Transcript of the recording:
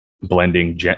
blending